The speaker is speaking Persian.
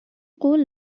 قول